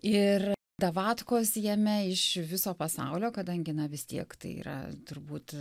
ir davatkos jame iš viso pasaulio kadangi na vis tiek tai yra turbūt